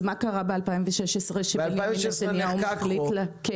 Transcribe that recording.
אז מה קרה ב-2016 שבנימין נתניהו החליט -- ב-2016